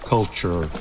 Culture